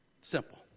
Simple